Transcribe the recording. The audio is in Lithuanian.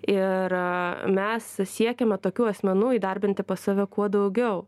ir mes siekiame tokių asmenų įdarbinti pas save kuo daugiau